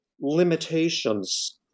limitations